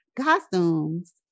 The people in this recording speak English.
costumes